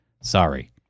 Sorry